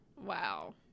wow